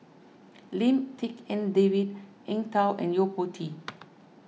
Lim Tik En David Eng Tow and Yo Po Tee